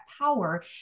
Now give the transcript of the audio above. power